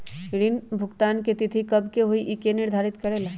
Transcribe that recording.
ऋण भुगतान की तिथि कव के होई इ के निर्धारित करेला?